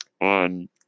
on